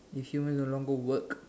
if human no longer work